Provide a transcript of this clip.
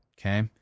Okay